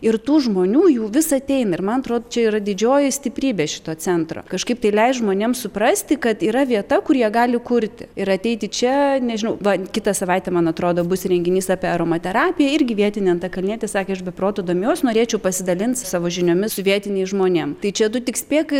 ir tų žmonių jų vis ateina ir man atrod čia yra didžioji stiprybė šito centro kažkaip tai leist žmonėm suprasti kad yra vieta kur jie gali kurti ir ateiti čia nežinau va kitą savaitę man atrodo bus renginys apie aromaterapiją irgi vietinė antakalnietis sakė aš be proto domiuos norėčiau pasidalinti savo žiniomis su vietiniais žmonėm tai čia tu tik spėk